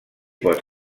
pot